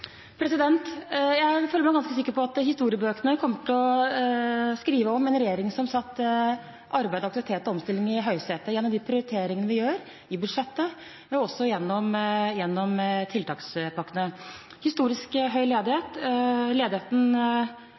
Jeg føler meg ganske sikker på at det som kommer til å stå i historiebøkene, er at regjeringen satte arbeid, aktivitet og omstilling i høysetet gjennom de prioriteringene den gjorde, i budsjettet og også gjennom tiltakspakkene. Så om historisk høy ledighet: Ledigheten